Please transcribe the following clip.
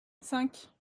cinq